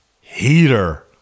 heater